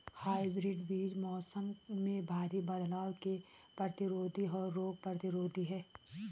hybrid बीज मौसम में भारी बदलाव के प्रतिरोधी और रोग प्रतिरोधी हैं